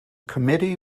committee